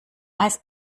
eis